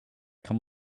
come